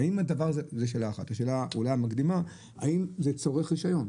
שאלה מקדימה, האם זה מצריך רישיון?